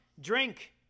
drink